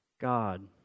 God